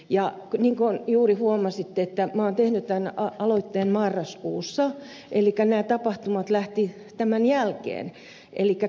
niin kuin juuri huomasitte minä olen tehnyt tämän aloitteen marraskuussa elikkä nämä tapahtumat lähtivät tämän jälkeen